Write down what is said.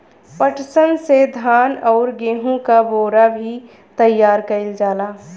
पटसन से धान आउर गेहू क बोरा भी तइयार कइल जाला